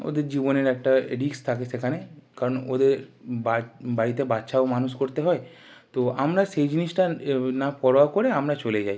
ওদের জীবনের একটা রিস্ক থাকে সেখানে কারণ ওদের বাড়িতে বাচ্চাও মানুষ করতে হয় তো আমরা সেই জিনিসটার না পরোয়া করে আমরা চলে যাই